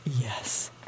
Yes